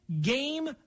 game